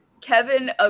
Kevin